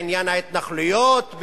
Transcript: בעניין ההתנחלויות,